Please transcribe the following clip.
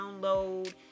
download